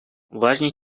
важный